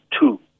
two